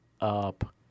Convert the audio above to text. up